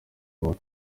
bituma